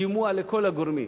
שימוע לכל הגורמים,